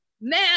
now